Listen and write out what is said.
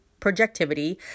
projectivity